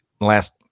last